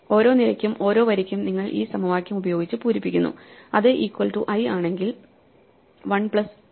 ഓരോ നിരയ്ക്കും ഓരോ വരിക്കും നിങ്ങൾ ഈ സമവാക്യം ഉപയോഗിച്ച് പൂരിപ്പിക്കുന്നു അത് ഈക്വൽ റ്റു i ആണെങ്കിൽ 1 അല്ലെങ്കിൽ 0